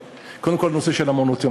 קודם כול הנושא של מעונות-היום,